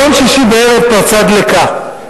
ביום שישי בערב פרצה דלקה,